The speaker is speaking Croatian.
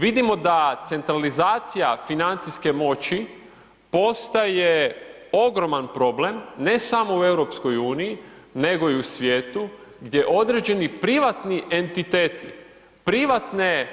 Vidimo da centralizacija financijske moći postaje ogroman problem ne samo u EU-u nego i svijetu gdje određeni privatni entiteti, privatne